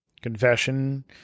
Confession